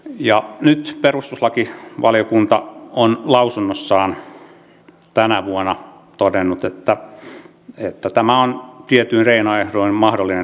ja nyt perustuslakivaliokunta on lausunnossaan tänä vuonna todennut että tämä käännetty todistustaakka on tietyin reunaehdoin mahdollinen